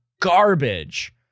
garbage